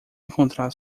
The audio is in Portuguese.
encontrar